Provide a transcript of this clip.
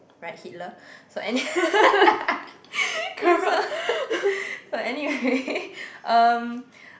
right Hitler so any~ okay so so anyway um